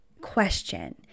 question